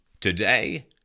Today